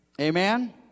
Amen